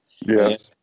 Yes